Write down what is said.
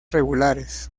regulares